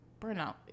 Burnout